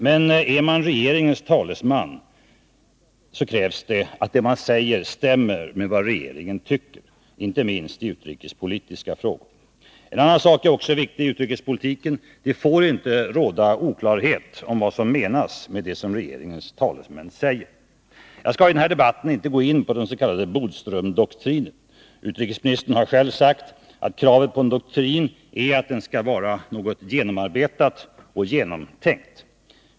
Men är man regeringens talesman, krävs det att det man säger stämmer med vad regeringen tycker, inte minst i utrikespolitiska frågor. En annan sak är också viktig i utrikespolitiken: Det får inte råda oklarhet om vad som menas med det som regeringens talesmän säger. Jag skall inte i den här debatten gå in på den s.k. Bodströmdoktrinen. Utrikesministern har själv sagt att kravet på en doktrin är att den skall vara genomarbetad och genomtänkt.